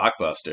blockbuster